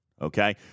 okay